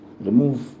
remove